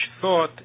thought